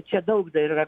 čia daug dar yra